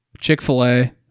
Chick-fil-A